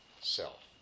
self